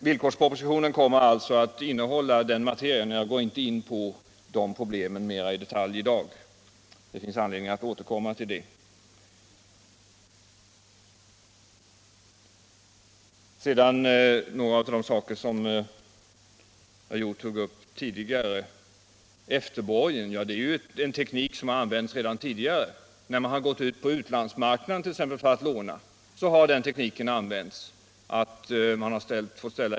; Villkorspropositionen kommer alltså att innehålla denna materia, men jag går inte in på de problemen mera i detalj i dag; det finns anledning att återkomma till dem. Sedan vill jag beröra några av de saker som herr Hjorth tog upp tidigare. Efterborgen är ju en teknik som har använts redan tidigare, när man t.ex. har gått ut på utlandsmarknaden för att låna.